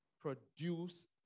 produce